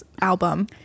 album